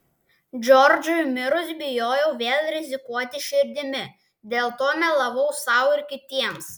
džordžui mirus bijojau vėl rizikuoti širdimi dėl to melavau sau ir kitiems